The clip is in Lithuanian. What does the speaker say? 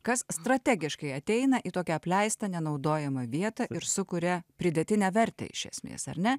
kas strategiškai ateina į tokią apleistą nenaudojamą vietą ir sukuria pridėtinę vertę iš esmės ar ne